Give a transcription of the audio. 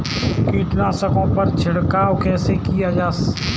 कीटनाशकों पर छिड़काव कैसे किया जाए?